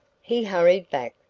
he hurried back,